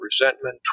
resentment